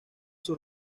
sus